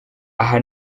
aha